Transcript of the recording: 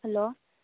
hello